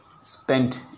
spent